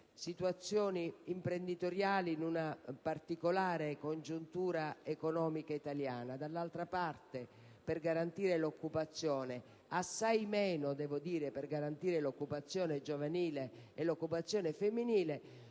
situazioni imprenditoriali in una particolare congiuntura economica italiana e - dall'altra parte - l'occupazione, assai meno per garantire l'occupazione giovanile e quella femminile,